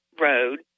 road